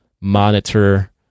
monitor